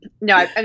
no